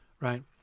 right